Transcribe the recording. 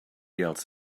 else